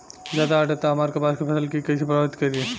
ज्यादा आद्रता हमार कपास के फसल कि कइसे प्रभावित करी?